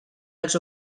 als